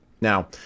Now